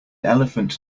elephant